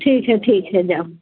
ठीक हइ ठीक हइ जाउ